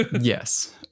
Yes